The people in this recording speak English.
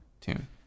tune